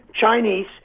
Chinese